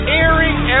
airing